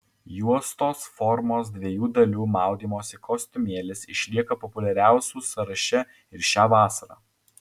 juostos formos dviejų dalių maudymosi kostiumėlis išlieka populiariausių sąraše ir šią vasarą